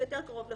יותר קרוב לחודש,